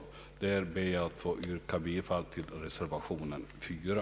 I det avseendet kommer jag att yrka bifall till reservation 4.